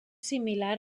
similar